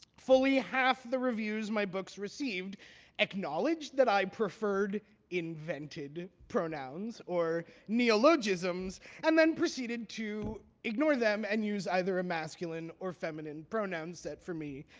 fully half the reviews my books received acknowledged that i preferred invented pronouns or neologisms and then proceeded to ignore them and use either a masculine or feminine pronoun set for me.